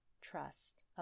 trust